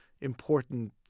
important